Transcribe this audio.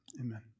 Amen